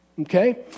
Okay